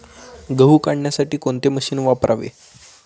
गहू काढण्यासाठी कोणते मशीन वापरावे?